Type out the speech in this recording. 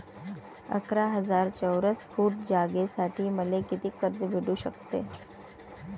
अकरा हजार चौरस फुट जागेसाठी मले कितीक कर्ज भेटू शकते?